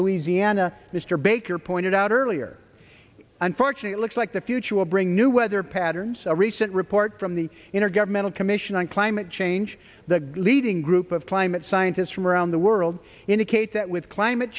louisiana mr baker pointed out earlier unfortunate looks like the future will bring new weather patterns a recent report from the intergovernmental commission on climate change the leading group of climate scientists from around the world indicates that with climate